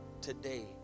today